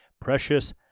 precious